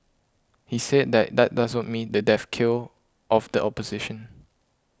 he said that that does not mean the death kill of the opposition